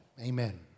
Amen